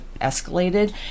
escalated